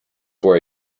for